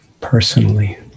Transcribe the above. personally